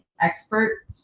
expert